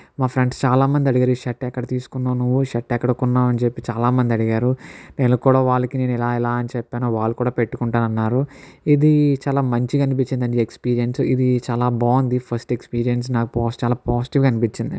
మా ఫ్రెండ్స్ చాలా మంది అడిగారు ఈ షర్ట్ ఎక్కడ తీసుకున్నావు నువ్వు ఈ షర్ట్ ఎక్కడ కొన్నావని చెప్పి చాలా మంది అడిగారు నేను కూడా వాళ్ళకి నేను ఇలా ఇలా అని చెప్పాను వాళ్ళు కూడా పెట్టుకుంటా అన్నారు ఇది చాలా మంచిగా అనిపించిందండి ఈ ఎక్స్పిరియన్స్ ఇది చాల బాగుంది ఫస్ట్ ఎక్స్పిరియన్స్ నాకు పాజిటివ్ నాకు చాలా పాజిటివ్ గా అనిపించిందండి